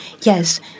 yes